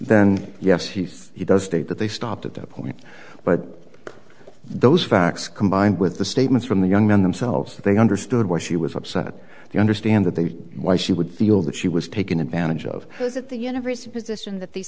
then yes he says he does think that they stopped at that point but those facts combined with the statements from the young men themselves they understood why she was upset but they understand that they why she would feel that she was taken advantage of those at the universe position that these